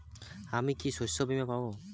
আমি কি শষ্যবীমা পাব?